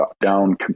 down